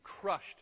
crushed